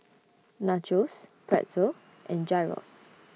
Nachos Pretzel and Gyros